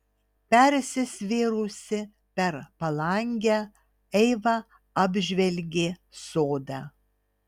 persisvėrusi per palangę eiva apžvelgė sodą